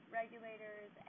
regulators